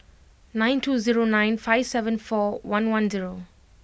nine two zero nine five seven four one one zero